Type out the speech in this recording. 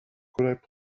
could